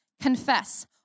Confess